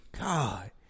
God